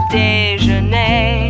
déjeuner